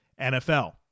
NFL